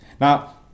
Now